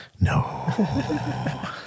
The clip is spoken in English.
No